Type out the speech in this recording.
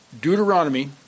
Deuteronomy